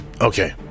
Okay